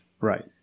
Right